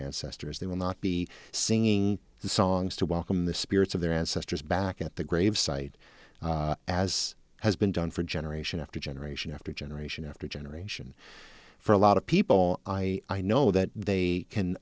ancestors they will not be singing the songs to welcome the spirits of their ancestors back at the gravesite as has been done for generation after generation after generation after generation for a lot of people i know that they can